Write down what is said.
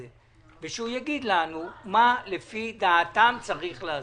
ושהוא יגיד לנו מה לפי דעתם צריך לעשות.